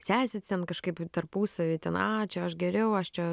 sesės ten kažkaip tarpusavy ten a čia aš geriau aš čia